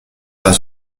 pas